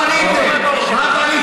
מה בניתם?